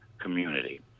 community